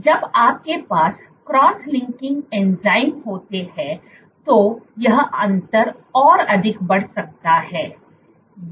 और जब आपके पास क्रॉस लिंकिंग एंजाइम होते हैं तो यह अंतर और अधिक बढ़ सकता है